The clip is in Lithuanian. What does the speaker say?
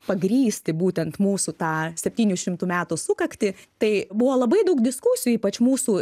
pagrįsti būtent mūsų tą septynių šimtų metų sukaktį tai buvo labai daug diskusijų ypač mūsų